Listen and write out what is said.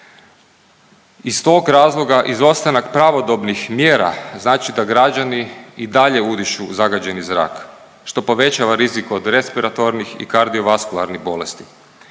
Iz tog razloga izostanak pravodobnih mjera znači da građani i dalje udišu zagađeni zrak što povećava rizik od respiratornih i kardiovaskularnih bolesti.